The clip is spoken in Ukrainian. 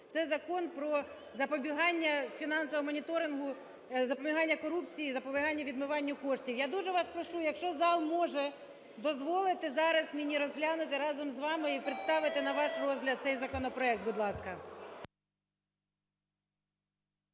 Це Закон про запобігання фінансового моніторингу… запобігання корупції, запобігання відмиванню коштів. Я дуже вас прошу, якщо зал може дозволити зараз мені розглянути разом з вами і представити на ваш розгляд цей законопроект, будь ласка.